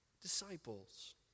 disciples